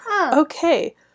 Okay